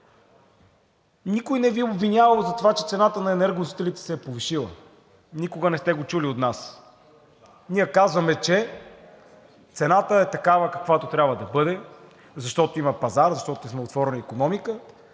Никой не Ви е обвинявал за това, че цената на енергоносителите се е повишила. Никога не сте го чули от нас. Ние казваме, че цената е такава, каквато трябва да бъде, защото има пазар, защото сме отворена икономика,